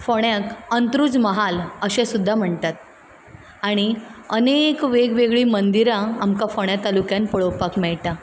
फोंड्याक अंत्रुज महाल अशें सुद्दां म्हणटात आनी अनेक वेग वेगळीं मंदीरा आमकां फोंड्या तालुक्यांत पळोवपाक मेळटा